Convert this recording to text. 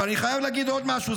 אבל אני חייב להגיד עוד משהו.